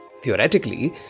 Theoretically